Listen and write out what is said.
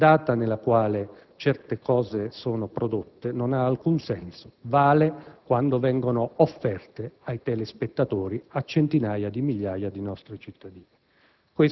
La data nella quale certe cose sono prodotte non ha alcun senso, vale quando vengono offerte in pasto ai telespettatori, a centinaia di migliaia di nostri cittadini.